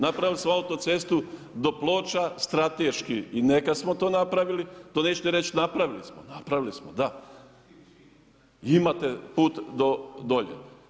Napravili su autocestu do Ploča strateški i neka smo to napravili, to neću ni reći napravili smo, napravili smo da i imate put do dolje.